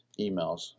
emails